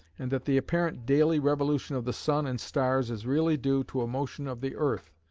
and that the apparent daily revolution of the sun and stars is really due to a motion of the earth,